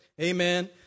Amen